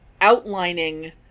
outlining